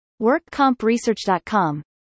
workcompresearch.com